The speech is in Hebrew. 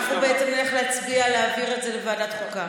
אנחנו בעצם נצביע להעביר את זה לוועדת החוקה.